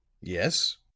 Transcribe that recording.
Yes